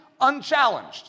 unchallenged